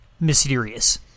mysterious